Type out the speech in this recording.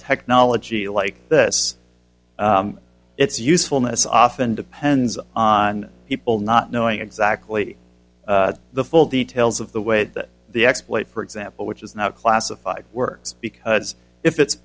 technology like this its usefulness often depends on people not knowing exactly the full details of the way that the exploit for example which is now classified works because if it's